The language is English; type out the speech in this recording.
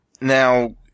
Now